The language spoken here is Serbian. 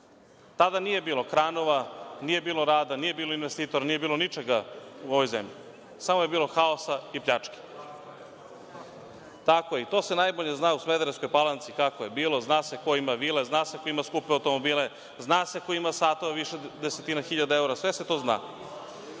Tada nije bilo kranova, nije bilo rada, nije bilo investitora, nije bilo ničega u ovoj zemlji, samo je bilo haosa i pljačke. To se najbolje zna u Smederevskoj Palanci kako je bilo, zna se ko ima vile, zna se ko ima skupe automobile, zna se ko ima satove od više desetina hiljada evra, sve se to zna.